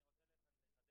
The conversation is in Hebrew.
אני רוצה לחדד.